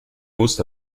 most